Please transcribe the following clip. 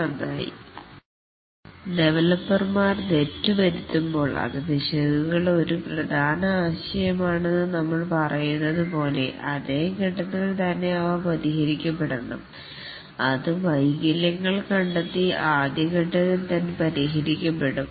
നമ്മൾ പറഞ്ഞത് പോലെ പിശകുകൾക്ക് ഒരു പ്രധാന ആശയം ഇതാണ് ഡെവലപ്പർമാർ തെറ്റുകൾ വരുത്തുമ്പോൾ അത് അതേ ഫേസ് ൽ തന്നെ അവ പരിഹരിക്കപ്പെടണം അത് വൈകല്യങ്ങൾ കണ്ടെത്തി ആദ്യഫേസ് ത്തിൽ തന്നെ പരിഹരിക്കപ്പെടും